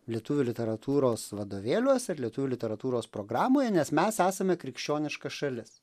lietuvių literatūros vadovėliuose ir lietuvių literatūros programoje nes mes esame krikščioniška šalis